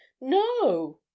no